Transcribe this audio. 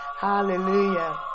hallelujah